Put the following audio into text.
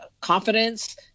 confidence